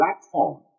platform